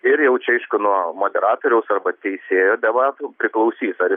ir jau čia aišku nuo moderatoriaus arba teisėjo debatų priklausys ar